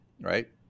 right